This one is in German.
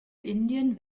indien